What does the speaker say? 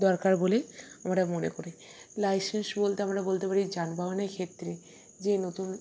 দরকার বলে আমরা মনে করি লাইসেন্স বলতে আমরা বলতে পারি যানবাহনে ক্ষেত্রে যে নতুন